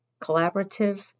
collaborative